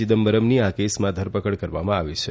ચિદમ્બરમની આ કેસમાં ધરપકડ કરવામાં આવી છે